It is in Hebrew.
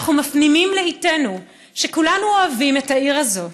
אנחנו מפנימים לאיטנו שכולנו אוהבים את העיר הזאת,